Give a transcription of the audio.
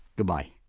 goodbye